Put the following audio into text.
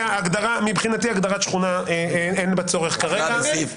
מבחינתי אין צורך כרגע בהגדרת שכונה.